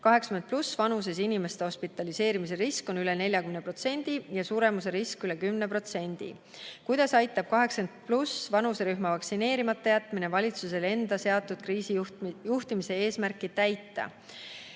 80+ vanuses inimeste hospitaliseerimise risk on üle 40% ning suremuse risk üle 10% [---]. Kuidas aitab 80+ vanuserühma vaktsineerimata jätmine valitsusel enda seatud kriisijuhtimise eesmärki täita?"